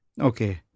Okay